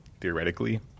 theoretically